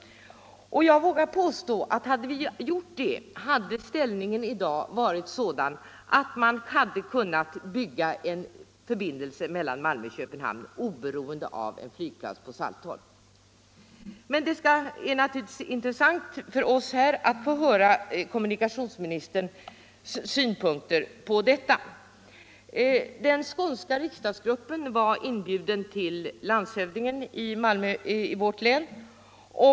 Och jag vågar påstå att hade vi gjort det, skulle ställningen i dag ha varit sådan att man hade kunnat bygga en förbindelse mellan Malmö och Köpenhamn oberoende av en flygplats på Saltholm. Men det är naturligtvis intressant för oss här att få höra kommunikationsministerns synpunkter på detta. Den skånska riksdagsgruppen var inbjuden till landshövdingen i vårt län.